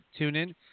TuneIn